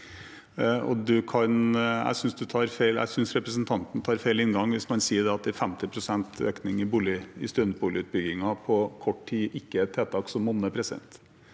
Jeg synes representanten har feil inngang hvis man sier at en 50 pst. økning i studentboligutbyggingen på kort tid ikke er tiltak som monner.